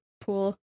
pool